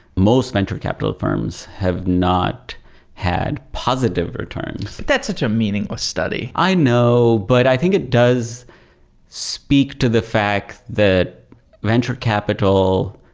most venture capital firms have not had positive returns that's such a meaning ah study i know, but i think it does speak to the fact that venture capital,